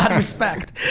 but respect.